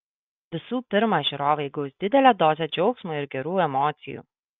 visų pirma žiūrovai gaus didelę dozę džiaugsmo ir gerų emocijų